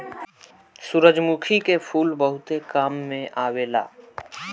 सूरजमुखी के फूल बहुते काम में आवेला